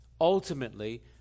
ultimately